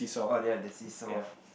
oh ya the see saw